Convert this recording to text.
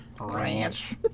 Ranch